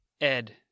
Ed